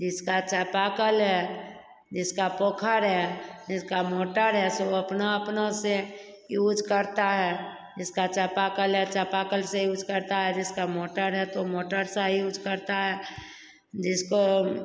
जिसका चापाकल है जिसका पोखर है जिसका मोटर है सो अपना अपना से यूज़ करता है जिसका चापाकल है चापाकल से यूज़ करता है जिसका मोटर है तो मोटर सा यूज़ करता है जिसको